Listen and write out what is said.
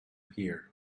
here